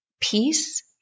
peace